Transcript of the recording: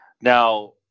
now